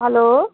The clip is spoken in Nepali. हेलो